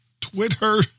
Twitter